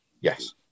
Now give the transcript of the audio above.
yes